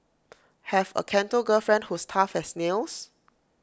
have A Canto girlfriend who's tough as nails